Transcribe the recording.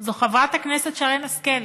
זה חברת הכנסת שרן השכל,